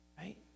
right